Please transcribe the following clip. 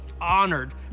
honored